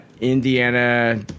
Indiana